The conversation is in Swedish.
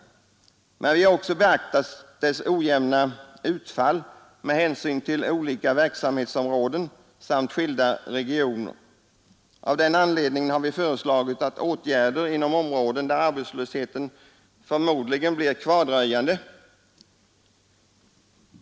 Men vi har också beaktat dess ojämna utfall med hänsyn till olika verksamhetsområden samt skilda regioner. Av den anledningen har vi föreslagit åtgärder inom områden där arbetslösheten förmodligen blir kvardröjande.